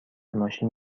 ماشین